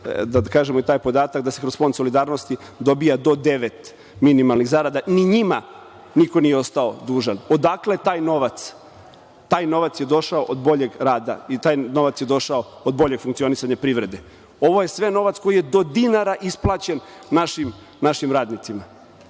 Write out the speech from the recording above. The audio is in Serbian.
da kažemo taj podatak da se kroz Fond solidarnosti dobija do devet minimalnih zarada. Ni njima niko nije ostao dužan. Odakle taj novac? Taj novac je došao do boljeg rada i taj novac je došao od boljeg funkcionisanja privrede. Ovo je sve novac koji je do dinara isplaćen našim radnicima. Govorite